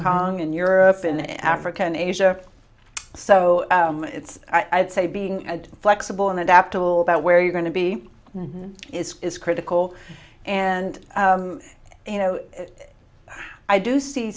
kong and europe and africa and asia so it's i'd say being flexible and adaptable about where you're going to be is is critical and you know i do see